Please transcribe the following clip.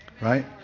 right